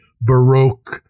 baroque